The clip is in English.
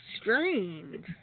strange